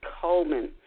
Coleman